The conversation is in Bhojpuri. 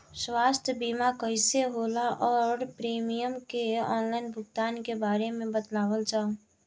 स्वास्थ्य बीमा कइसे होला और प्रीमियम के आनलाइन भुगतान के बारे में बतावल जाव?